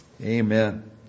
Amen